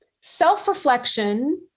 self-reflection